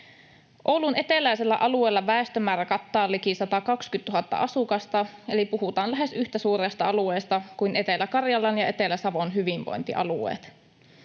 Oulun eteläisellä alueella väestömäärä kattaa liki 120 000 asukasta, eli puhutaan lähes yhtä suuresta alueesta kuin Etelä-Karjalan ja Etelä-Savon hyvinvointialueet.